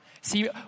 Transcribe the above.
See